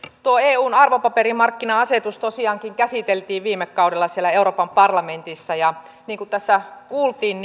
tuo eun arvopaperimarkkina asetus tosiaankin käsiteltiin viime kaudella siellä euroopan parlamentissa ja niin kuin tässä kuultiin